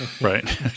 Right